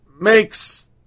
makes